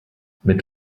mit